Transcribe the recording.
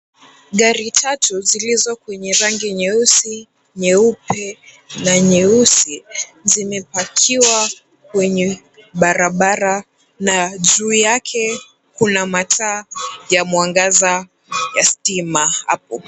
Gari tatu zilizo kwenye rangi nyeusi, nyeupe na nyeusi zimepakiwa kwenye barabara na juu yake kuna mataa ya mwangaza ya stima hapo.